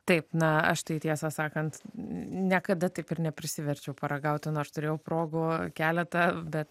taip na aš tai tiesą sakant niekada taip ir neprisiverčiau paragauti nu aš turėjau progų keletą bet